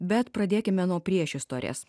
bet pradėkime nuo priešistorės